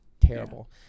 terrible